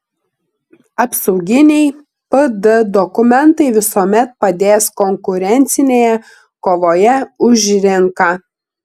apsauginiai pd dokumentai visuomet padės konkurencinėje kovoje už rinką